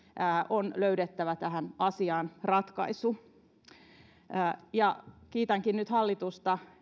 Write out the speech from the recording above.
on löydettävä tähän asiaan ratkaisu kiitänkin nyt hallitusta